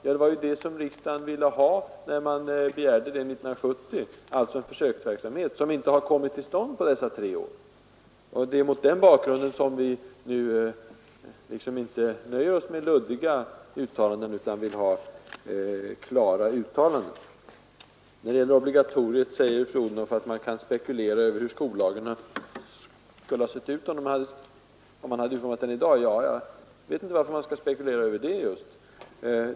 Det var ju det riksdagen ville ha 1970, när vi begärde en försöksverksamhet. Någon sådan värd namnet har inte startats på dessa tre år. Det är mot den bakgrunden som vi nu inte nöjer oss med luddiga uttalanden, utan vill ha klara besked. Fru Odhnoff säger beträffande obligatoriet att man kan spekulera över hur skollagen skulle ha sett ut om den hade utformats i dag. Jag vet inte varför man skall spekulera över det.